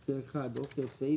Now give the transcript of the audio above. כן, כן.